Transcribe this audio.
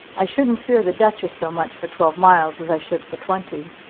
i shouldn't fear the duchess so much for twelve miles as i should for twenty.